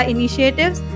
Initiatives